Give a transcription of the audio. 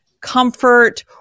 comfort